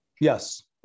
Yes